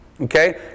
Okay